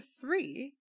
three